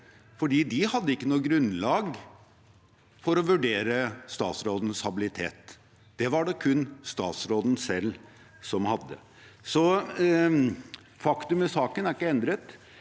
for de hadde ikke noe grunnlag for å vurdere statsrådens habilitet. Det var det kun statsråden selv som hadde. Faktum i saken er ikke endret,